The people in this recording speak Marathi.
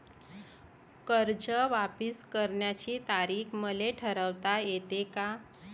कर्ज वापिस करण्याची तारीख मले ठरवता येते का?